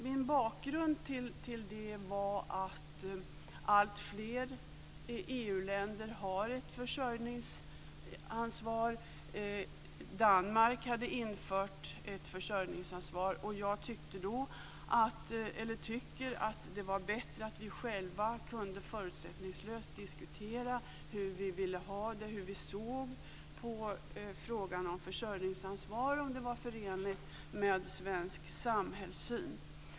Min bakgrund till det var att alltfler EU-länder har ett försörjningsansvar. Danmark hade infört ett försörjningsansvar. Jag tyckte då, och tycker, att det var bättre att vi själva kunde förutsättningslöst diskutera hur vi vill ha det och hur vi såg på frågan om försörjningsansvar, och om det var förenligt med svensk samhällssyn.